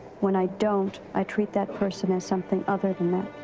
when i don't, i treat that person as something other than that.